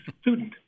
student